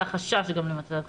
אלא גם חשש למצב חירום.